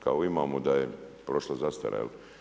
Kao imamo da je prošla zastara.